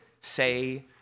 say